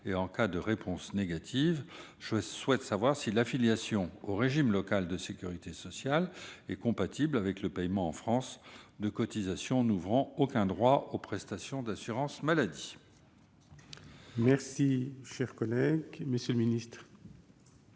En cas de réponse négative, je souhaite savoir si l'affiliation au régime local de sécurité sociale est compatible avec le paiement, en France, de cotisations n'ouvrant aucun droit aux prestations d'assurance maladie. La parole est à M. le secrétaire